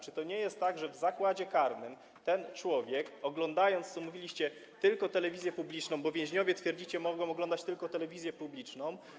Czy to nie jest tak, że w zakładzie karnym ten człowiek, oglądając, co mówiliście, tylko telewizję publiczną, bo więźniowie, jak twierdzicie, mogą oglądać tylko telewizję publiczną.